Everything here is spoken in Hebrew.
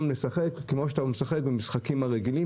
לשחק כמו שאתה משחק במשחקים הרגילים,